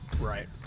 Right